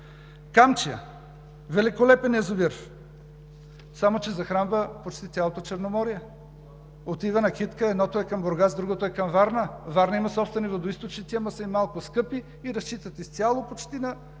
„Камчия“ – великолепен язовир, само че захранва почти цялото Черноморие, отива на „Китка“ – едното е към Бургас, другото е към Варна. Варна има собствени водоизточници, ама са им малко скъпи и разчитат изцяло почти на